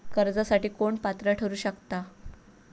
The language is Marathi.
कर्जासाठी कोण पात्र ठरु शकता?